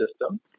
system